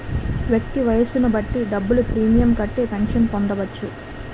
వ్యక్తి వయస్సును బట్టి డబ్బులు ప్రీమియం కట్టి పెన్షన్ పొందవచ్చు